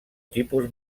tipus